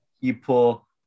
people